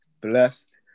blessed